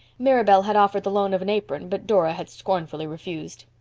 mirabel had offered the loan of an apron but dora had scornfully refused.